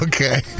Okay